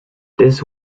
this